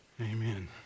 Amen